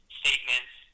statements